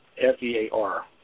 F-E-A-R